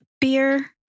beer